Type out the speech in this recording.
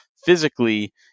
physically